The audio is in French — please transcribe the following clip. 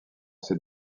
ses